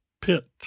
Pit